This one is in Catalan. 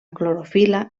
clorofil·la